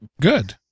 Good